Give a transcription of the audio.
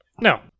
no